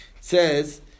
says